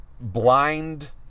Blind